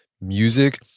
music